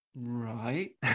Right